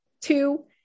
two